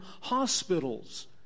hospitals